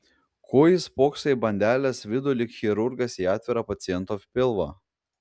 ko jis spokso į bandelės vidų lyg chirurgas į atvirą paciento pilvą